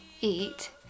eat